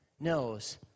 knows